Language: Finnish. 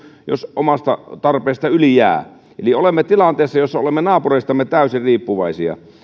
jos omasta tarpeesta yli jää eli olemme tilanteessa jossa olemme naapureistamme täysin riippuvaisia